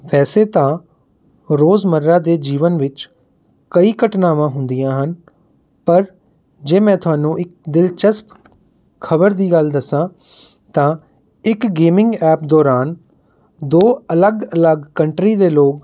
ਵੈਸੇ ਤਾਂ ਰੋਜ਼ ਮਰ੍ਹਾ ਦੇ ਜੀਵਨ ਵਿੱਚ ਕਈ ਘਟਨਾਵਾਂ ਹੁੰਦੀਆਂ ਹਨ ਪਰ ਜੇ ਮੈਂ ਤੁਹਾਨੂੰ ਇੱਕ ਦਿਲਚਸਪ ਖ਼ਬਰ ਦੀ ਗੱਲ ਦੱਸਾਂ ਤਾਂ ਇੱਕ ਗੇਮਿੰਗ ਐਪ ਦੌਰਾਨ ਦੋ ਅਲੱਗ ਅਲੱਗ ਕੰਟਰੀ ਦੇ ਲੋਕ